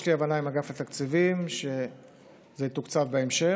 יש לי הבנה עם אגף התקציבים שזה יתוקצב בהמשך.